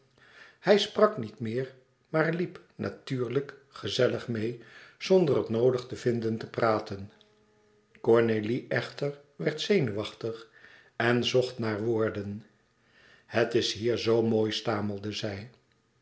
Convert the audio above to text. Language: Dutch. hij sprak niet meer maar liep natuurlijk gezellig meê zonder het noodig te vinden te praten cornélie echter werd zenuwachtig en zocht naar woorden het is hier zoo mooi stamelde zij